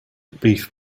beef